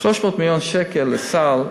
300 מיליון שקל לסל,